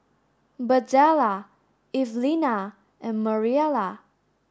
Birdella Evelina and Mariela